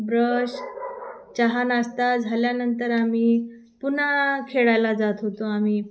brush चहा नाष्टा झाल्यानंतर आम्ही पुन्हा खेळायला जात होतो आम्ही